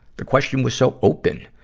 the question was so open.